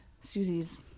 Susie's